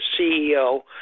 CEO